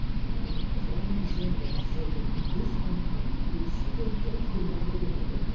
um um kishon once said that in this country, the children taught the mother the mother